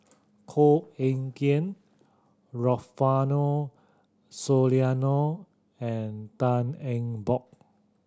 Koh Eng Kian Rufino Soliano and Tan Eng Bock